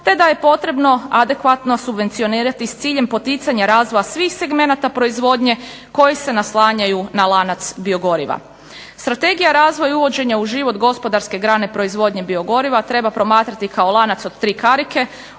te da je potrebno adekvatno subvencionirati s ciljem poticanja razvoja svih segmenata proizvodnje koje se naslanjaju na lanac biogoriva. Strategija razvoja i uvođenja u život gospodarske grane proizvodnje biogoriva treba promatrati kao lanac od tri karike,